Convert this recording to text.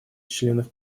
членов